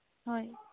ꯍꯣꯏ